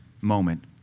moment